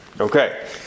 Okay